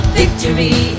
victory